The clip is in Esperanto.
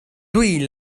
tuj